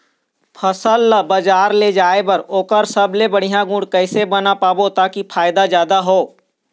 फसल ला बजार ले जाए बार ओकर सबले बढ़िया गुण कैसे बना पाबो ताकि फायदा जादा हो?